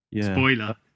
Spoiler